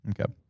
Okay